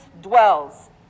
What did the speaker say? dwells